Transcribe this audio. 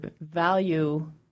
value